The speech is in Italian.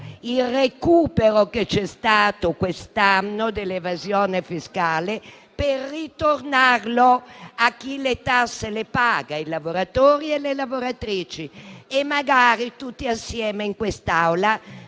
il recupero, che c'è stato quest'anno, dell'evasione fiscale per restituirlo a chi le tasse le paga: i lavoratori e le lavoratrici. E magari, tutti assieme in quest'Aula,